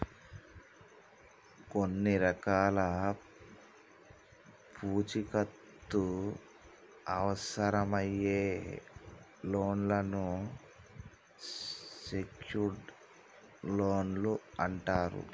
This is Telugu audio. కొన్ని రకాల పూచీకత్తు అవసరమయ్యే లోన్లను సెక్యూర్డ్ లోన్లు అంటరు